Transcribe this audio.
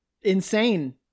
insane